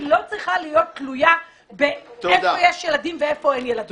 היא לא צריכה להיות תלויה איפה יש ילדים ואיפה אין ילדים.